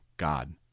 god